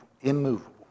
Immovable